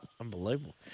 Unbelievable